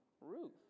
Ruth